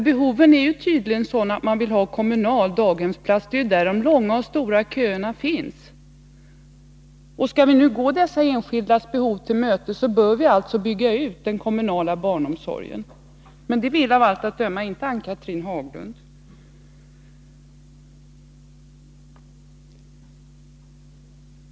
Behoven är tydligen sådana att människor vill ha kommunal daghemsplats — det är där de långa köerna finns. Skall vi gå dessa enskildas behov till mötes bör vi alltså bygga ut den kommunala barnomsorgen. Men det vill, av allt att döma, inte Ann-Cathrine Haglund göra.